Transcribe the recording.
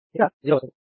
ఇక్కడ '0' వస్తుంది